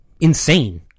insane